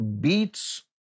beats